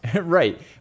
Right